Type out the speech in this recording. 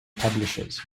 publishers